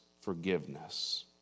forgiveness